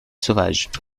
sauvage